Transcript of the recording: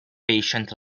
patient